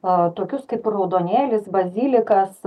a tokius kaip raudonėlis bazilikas